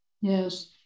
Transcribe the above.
Yes